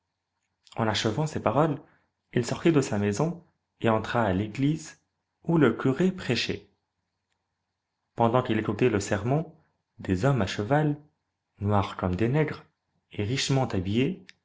en achevant ces paroles il sortit de sa maison et entra à l'église où le curé prêchait pendant qu'il écoutait le sermon des hommes à cheval noirs comme des nègres et richement habillés